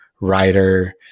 writer